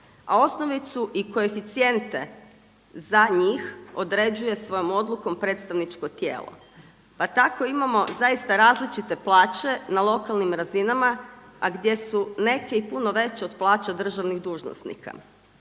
a osnovicu i koeficijente za njih određuje svojom odlukom predstavničko tijelo. Pa tako imamo zaista različite plaće na lokalnim razinama a gdje su neke i puno veće od plaća državnih dužnosnika.